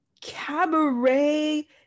cabaret